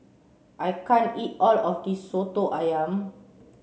I can't eat all of this Soto Ayam